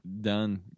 done